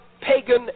pagan